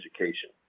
education